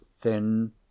thin